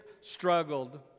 struggled